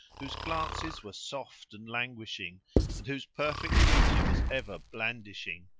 whose glances were soft and languishing and whose perfect beauty was ever blandishing,